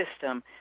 system